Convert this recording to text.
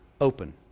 open